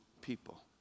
people